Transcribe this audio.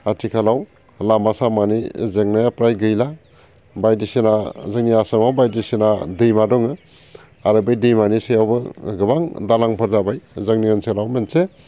आथिखालाव लामा सामानि जेंनाया प्राय गैला बायदिसिना जोंनि आसामाव बायदिसिना दैमा दङ आरो बै दैमानि सायावबो गोबां दालांफोर दाबाय जोंनि ओनसोलाव मोनसे